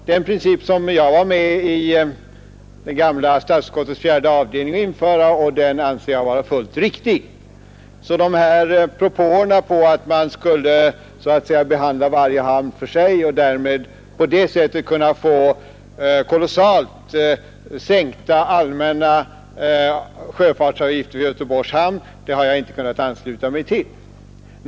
Det är en princip som jag i statsutskottets fjärde avdelning var med om att införa, och den anser jag vara fullt riktig. Propåerna om att varje hamn skall behandlas för sig för att sjöfartsavgifterna på det sättet skall kunna sänkas kolossalt i Göteborgs hamn har jag följaktligen inte kunnat ansluta mig till.